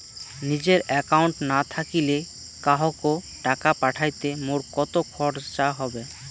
নিজের একাউন্ট না থাকিলে কাহকো টাকা পাঠাইতে মোর কতো খরচা হবে?